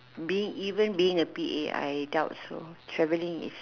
being even being a P_A I doubt so traveling is